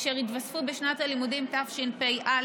אשר התווספו בשנת הלימודים תשפ"א.